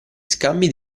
scambi